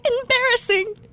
embarrassing